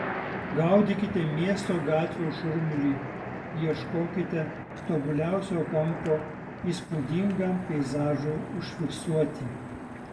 gaudykite miesto gatvių šurmulį ieškokite tobuliausio kampo įspūdingam peizažui užfiksuoti